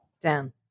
Down